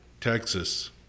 Texas